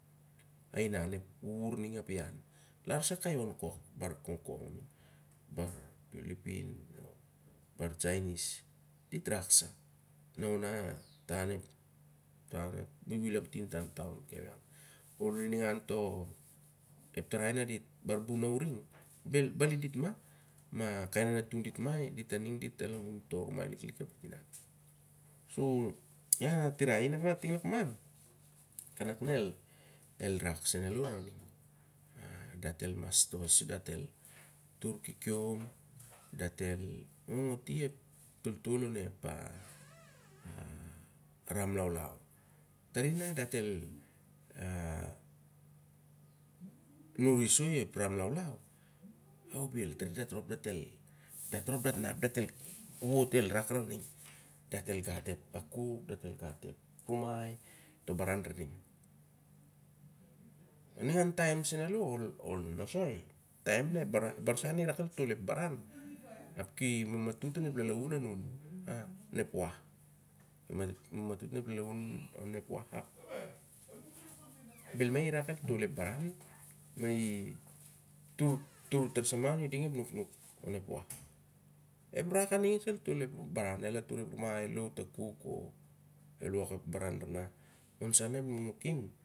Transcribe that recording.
A inan ep wuwar ning api i an. Lar sa kai on kok. Kongkong ning kai. Pillippins ap bar sanis dit rak sa lar na ta onep buibui lamtin ta an tuan kavieng. Bar bun na uring buli dit ma kai nanatan dit ma dit aning dit alaun toh rumai liklik anun dit i ia a tirai i kanang na ting lakman el rak sen aloh lar ning. Dat el toh i sur dat el tur kikiom gong ati ep toltol onep rum laulau. Na dat el nuri soi ep ram laulau, a o bel taridat rop dat nap dat el wot el ruk lar ning. datel gat a kuk, datel gat ep rumai, toh baran lar ning. Ning antaim gen alo naa ol nosoi ep tarai dit rak ditel tolep baran ma di ki matutut onep lalaun anun on ep wah. Apbel ma irak el tol ap baran ma i turtur sa ma oni ding ep nuknuk onep wah. Ep rak aning surel tol ep baran. El atar ep rumai el kopsur a kuk o el tol ep baran lar ning.